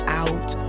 out